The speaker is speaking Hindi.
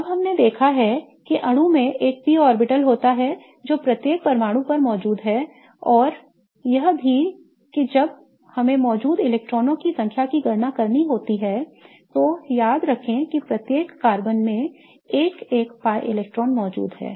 अब हमने देखा है कि अणु में एक p ऑर्बिटल होता है जो प्रत्येक परमाणु पर मौजूद होता है और यह भी कि जब हमें मौजूद इलेक्ट्रॉनों की संख्या की गणना करनी होती है तो याद रखें कि प्रत्येक कार्बन में एक एक pi इलेक्ट्रॉन मौजूद है